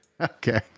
okay